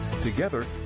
Together